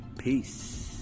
Peace